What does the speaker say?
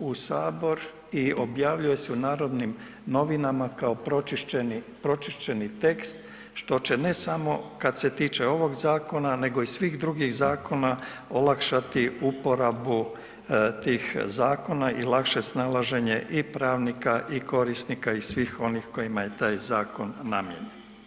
u sabor i objavljuje se u Narodnim novinama kao pročišćeni tekst što će ne samo kad se tiče ovog zakona, nego i svih drugih zakona olakšati uporabu tih zakona i lakše snalaženje i pravnika i korisnika i svih onih kojima je taj zakon namijenjen.